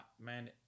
man